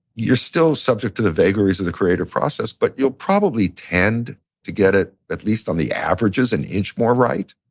you're still subject to the vagaries of the creative process, but you'll probably tend to get it, at least on the averages, an inch more right.